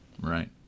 Right